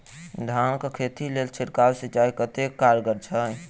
धान कऽ खेती लेल छिड़काव सिंचाई कतेक कारगर छै?